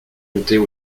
montaient